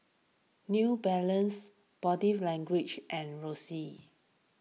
New Balance Body Language and Roxy